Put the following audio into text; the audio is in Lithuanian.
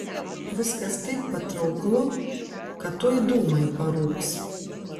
viskas taip patrauklu kad tuoj dūmai parūks